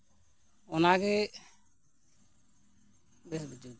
ᱚᱱᱟᱜᱮ ᱵᱮᱥ